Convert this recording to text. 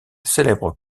célèbre